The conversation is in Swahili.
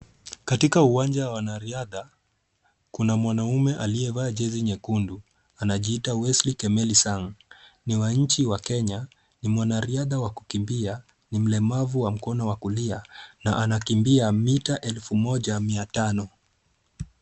Katika uwanja wa wanariadha, kuna mwanaume aliyevaa jezi nyekundu anajiita Wesley Kimeli Sang. Ni wa nchi wa Kenya. Ni mwanariadha wa kukimbia. Ni mlemavu wa mkono wa kulia na anakimbia mita elfu moja mia tano.